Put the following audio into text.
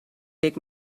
take